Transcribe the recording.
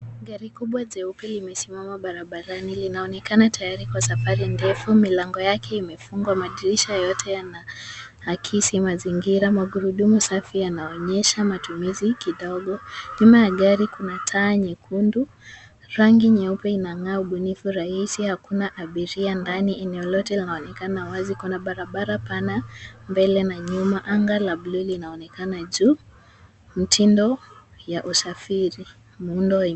Gari kubwa jeupe limesimama barabarani. Linaonekana tayari kwa safari ndefu. Milango yake imefungwa. Madirisha yote yanaakisi mazingira. Magurudumu safi yanaonyesha matumizi kidogo. Nyuma ya gari kuna taa nyekundu. Rangi nyeupe inang'aa ubunifu rahisi. Hakuna abiria ndani. Eneo lote linaonekana wazi. Kuna barabara pana mbele na nyuma. Anga la bluu linaonekana juu. Mtindo ya usafiri muundo.